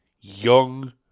Young